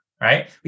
Right